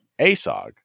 ASOG